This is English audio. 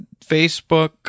Facebook